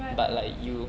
right right